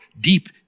deep